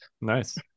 Nice